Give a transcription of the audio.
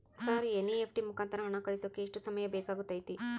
Sir NEFT ಮುಖಾಂತರ ಹಣ ಕಳಿಸೋಕೆ ಎಷ್ಟು ಸಮಯ ಬೇಕಾಗುತೈತಿ?